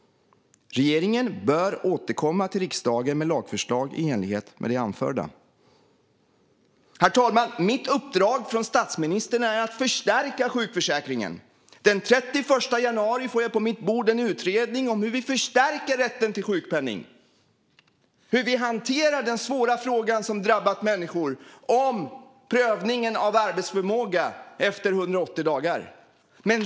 Regeringen bör återkomma till riksdagen med lagförslag i enlighet med det anförda. Herr talman! Mitt uppdrag från statsministern är att förstärka sjukförsäkringen. Den 31 januari får jag på mitt bord en utredning om hur vi förstärker rätten till sjukpenning och hanterar den svåra frågan om prövningen av arbetsförmåga efter 180 dagar som drabbat människor.